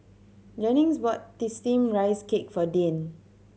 Jennings bought Steamed Rice Cake for Dane